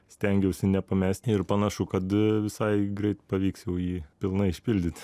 stengiausi nepamesti ir panašu kad visai greit pavyks jau jį pilnai išpildyti